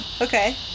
Okay